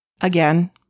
Again